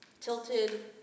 Tilted